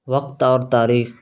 وقت اور تاریخ